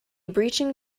breaching